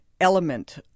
element